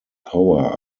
power